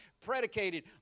predicated